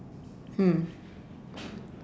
hmm